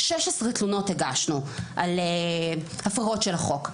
16 תלונות הגשנו על הפרות של החוק.